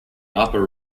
upper